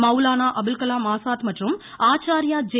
மௌலானா அபுல்கலாம் ஆசாத் மற்றும் ஆச்சார்யா ஜே